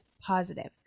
positive